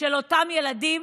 של אותם ילדים,